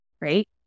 right